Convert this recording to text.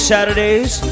Saturdays